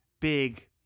big